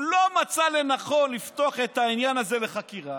הוא לא מצא לנכון לפתוח את העניין הזה לחקירה.